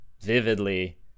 vividly